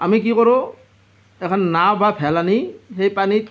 আমি কি কৰোঁ এখন নাও বা ভেল আনি সেই পানীত